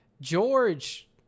george